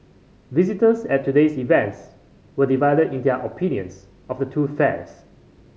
visitors at today's events were divided in their opinions of the two fairs